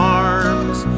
arms